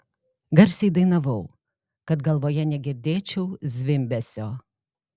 garsiai dainavau kad galvoje negirdėčiau zvimbesio